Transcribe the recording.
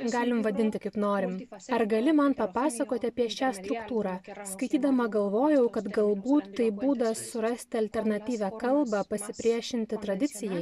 galim vadinti kaip norim ar gali man papasakoti apie šią skulptūrą skaitydama galvojau kad galbūt tai būdas surasti alternatyvią kalbą pasipriešinti tradicijai